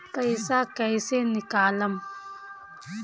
पैसा कैसे निकालम?